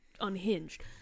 unhinged